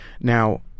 Now